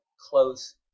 close